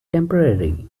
temporary